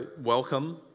welcome